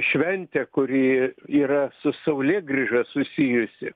šventė kuri yra su saulėgrįža susijusi